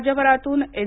राज्यभरातून एन